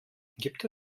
gibt